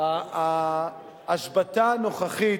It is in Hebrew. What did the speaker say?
ההשבתה הנוכחית,